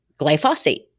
glyphosate